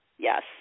Yes